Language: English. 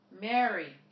Mary